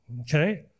okay